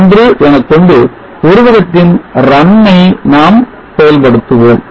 1 எனக்கொண்டு உருவகத்தின் 'run' ஐ ஆம் செயல்படுத்துவோம்